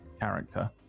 character